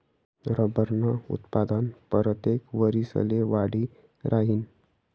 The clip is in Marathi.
रबरनं उत्पादन परतेक वरिसले वाढी राहीनं